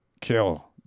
Kill